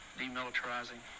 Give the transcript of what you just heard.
demilitarizing